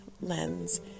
lens